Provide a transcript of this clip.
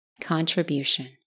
Contribution